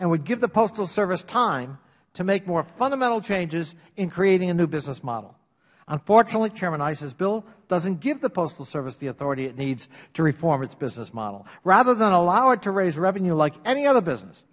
and would give the postal service time to make more fundamental changes in creating a new business model unfortunately chairman issas bill doesnt give the postal service the authority it needs to reform its business model rather than allow it to raise revenue like any other business